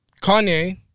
Kanye